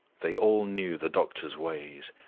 they all knew the doctor's ways,